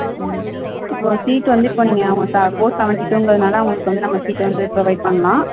இப்போ சீட்டு வந்து நீங்கள் இப்போ நீங்கள் ஃபோர் செவண்டி டு இங்கறதுனால் அவங்களுக்கு வந்து சீட்டு வந்து நம்ம ப்ரொவைட் பண்ணலாம்